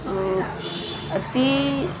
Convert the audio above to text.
ಸು ಅತೀ